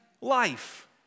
life